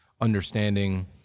Understanding